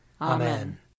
Amen